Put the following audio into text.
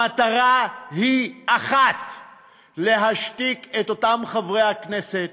המטרה היא אחת: להשתיק את אותם חברי הכנסת,